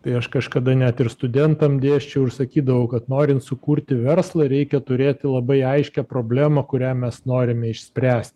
tai aš kažkada net ir studentam dėsčiau ir sakydavau kad norint sukurti verslą reikia turėti labai aiškią problemą kurią mes norime išspręst